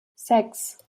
sechs